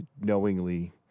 knowingly